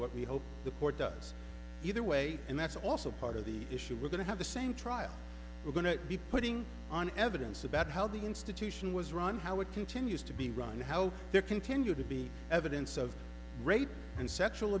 what we hope the court does either way and that's also part of the issue we're going to have the same trial we're going to be putting on evidence about how the institution was run how it continues to be run how to continue to be evidence of rape and sexual